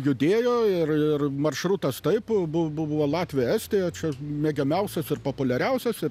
judėjo ir ir maršrutas taip bu buvo latvija estija čia mėgiamiausias ir populiariausias